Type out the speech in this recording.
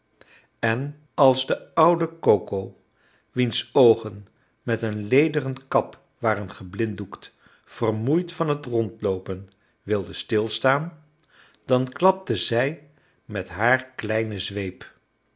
en als de oude coco wiens oogen met een lederen klap waren geblinddoekt vermoeid van het rondloopen wilde stilstaan dan klapte zij met haar kleine zweep